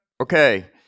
Okay